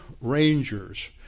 rangers